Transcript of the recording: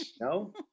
No